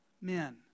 Men